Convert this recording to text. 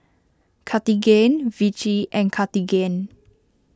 Cartigain Vichy and Cartigain